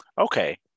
Okay